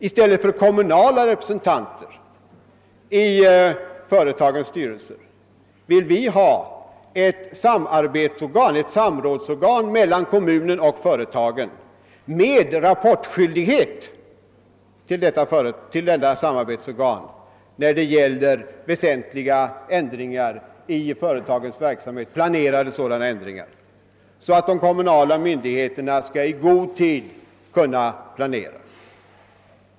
I stället för kommunala representanter i företagens styrelser vill vi ha ett samrådsorgan mellan kommunen och företagen med rapportskyldighet till detta samrådsorgan när det gäller planerade väsentliga ändringar i företagens verksamhet, så att de kommunala myndigheterna i god tid kan planera.